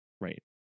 Right